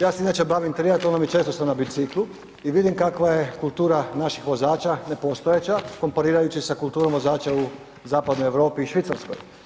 ja se inače bavim triatlonom i često sam na biciklu i vidim kakva je kultura naših vozača nepostojeća, komparirajući sa kulturom vozača u zapadnoj Europi i Švicarskoj.